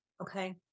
Okay